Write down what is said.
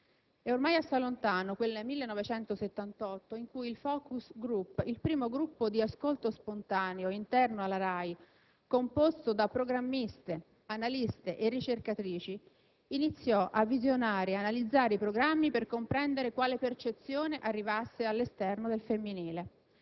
È ormai assai lontano quel 1978 in cui il *Focus Group*, il primo gruppo di ascolto spontaneo interno alla RAI, composto da programmiste, analiste e ricercatrici, iniziò a visionare e analizzare i programmi per comprendere quale percezione si ricavasse all'esterno del femminile.